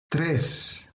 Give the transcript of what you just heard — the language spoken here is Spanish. tres